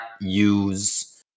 use